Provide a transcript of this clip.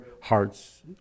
hearts